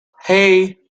hey